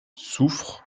souffres